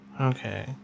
Okay